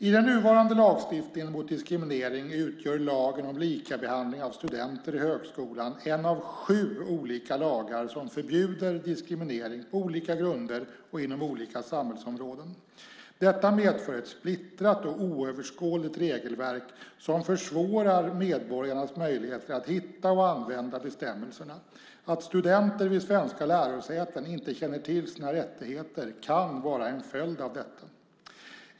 I den nuvarande lagstiftningen mot diskriminering utgör lagen om likabehandling av studenter i högskolan en av sju olika lagar som förbjuder diskriminering på olika grunder och inom olika samhällsområden. Detta medför ett splittrat och oöverskådligt regelverk, som försvårar medborgarnas möjligheter att hitta och använda bestämmelserna. Att studenter vid svenska lärosäten inte känner till sina rättigheter kan vara en följd av detta.